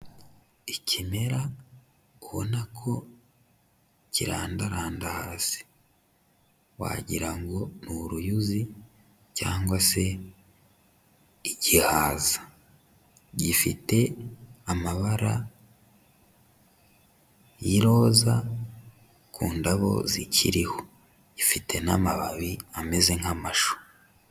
Ikimera ubona ko kirandaranda hasi. Wagira ngo ni uruyuzi cyangwa se igihaza. Gifite amabara y'iroza ku ndabo zikiriho. Gifite n'amababi ameze nk'amashu.